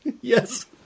Yes